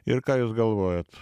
ir ką jūs galvojat